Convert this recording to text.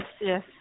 yes